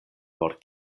por